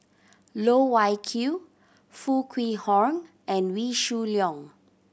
Loh Wai Kiew Foo Kwee Horng and Wee Shoo Leong